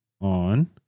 on